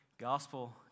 Gospel